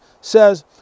says